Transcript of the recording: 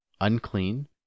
unclean